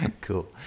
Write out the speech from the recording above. Cool